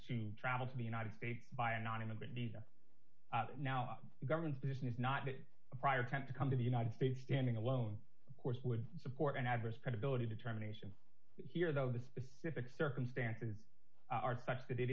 to travel to the united states by anonymous visa now the government's position is not that a prior time to come to the united states standing alone of course would support an adverse credibility determination here though the specific circumstances are such that it